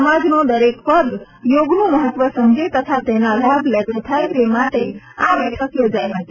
સમાજનો દરેક વર્ગ યોગનું મહત્વ સમજે તથા તેના લાભ લેતો થાય તે માટે આ બેઠક યોજાઇ હતી